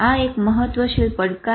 આ એક મહત્વશીલ પડકાર છે